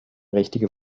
richtige